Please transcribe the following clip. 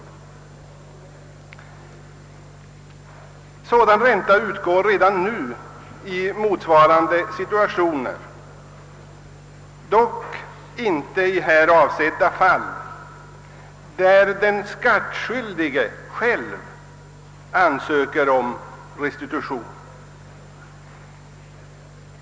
Sådan ränta utgår redan nu i motsvarande situationer, dock inte i det nu avsedda fallet där den skattskyldige själv ansöker om restitution.